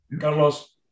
Carlos